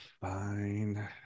fine